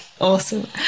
Awesome